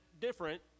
different